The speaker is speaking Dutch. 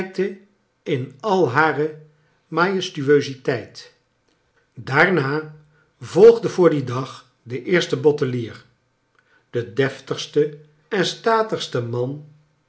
in al hare majesfcueuziteit daarna volgde voor dien dag de eerste bottelier de deftigste en statigste man